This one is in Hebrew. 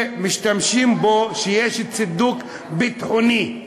משתמשים בו כשיש צידוק ביטחוני.